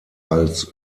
als